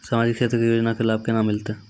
समाजिक क्षेत्र के योजना के लाभ केना मिलतै?